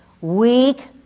weak